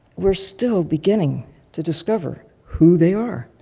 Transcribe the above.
we're still beginning to discover who they are.